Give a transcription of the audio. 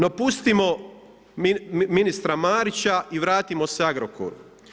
No pustimo ministra Marića i vratimo se Agrokoru.